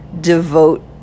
devote